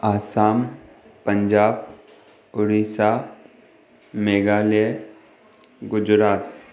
Assam Punjab Odisha Meghalaya Gujarat